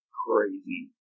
crazy